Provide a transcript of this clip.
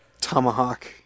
tomahawk